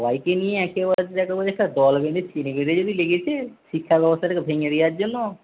সবাইকে নিয়ে একেবারে একেবারে দল বেঁধে ছিনিমিনি লেগেছে শিক্ষাব্যস্থাটাকে ভেঙে দেওয়ার জন্য